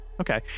Okay